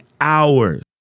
hours